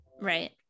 Right